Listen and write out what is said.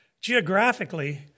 Geographically